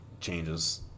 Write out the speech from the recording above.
changes